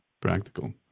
practical